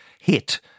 hit